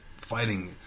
fighting